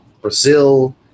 Brazil